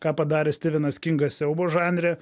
ką padarė stivenas kingas siaubo žanre